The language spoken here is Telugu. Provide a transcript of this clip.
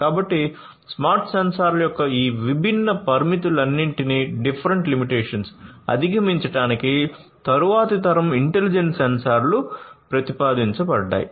కాబట్టి స్మార్ట్ సెన్సార్ల యొక్క ఈ విభిన్న పరిమితులన్నింటినీ అధిగమించడానికి తరువాతి తరం ఇంటెలిజెంట్ సెన్సార్లు ప్రతిపాదించబడ్డాయి